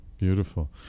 Beautiful